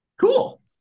Cool